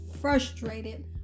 frustrated